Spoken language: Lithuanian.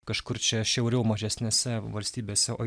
kažkur čia šiauriau mažesnėse valstybėse o